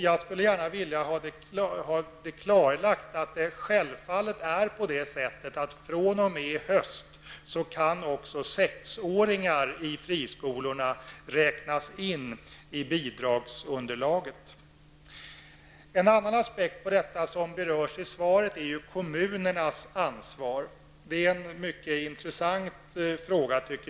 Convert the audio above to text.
Jag skulle vilja få klarklagt att det förhåller sig så, att också sexåringarna i friskolorna fr.o.m. i höst kommer att räknas in i bidragsunderlaget. En annan aspekt på denna fråga som berörs i svaret är kommunernas ansvar. Det är en mycket intressant fråga.